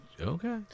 okay